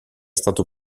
stato